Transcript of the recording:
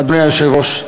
אדוני היושב-ראש,